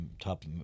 top